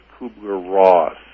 Kubler-Ross